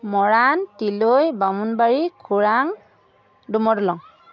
Moran Tiloi Bamunbari Khurang Dumardalang